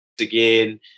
again